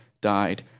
died